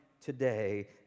today